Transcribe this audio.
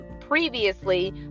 previously